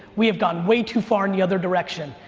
we have gone way too far in the other direction.